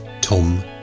Tom